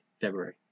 February